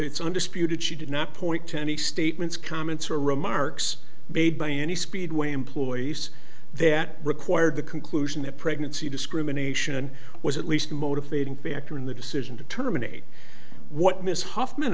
it's undisputed she did not point to any statements comments or remarks made by any speedway employees that required the conclusion that pregnancy discrimination was at least a motivating factor in the decision to terminate what ms huffman